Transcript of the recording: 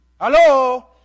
Hello